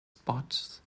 spots